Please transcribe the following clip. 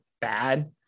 bad